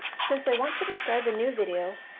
since i want to describe a new video,